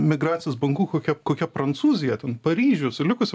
migracijos bangų kokia kokia prancūzija ten paryžius su likusi